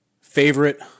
favorite